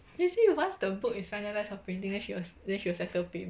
they say once the book is finalised for printing then she will then she will settle payment